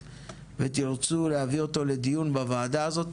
ותרצו להביא אותו לדיון בוועדה הזאת,